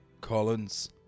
Collins